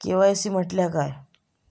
KYC म्हटल्या काय?